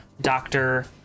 doctor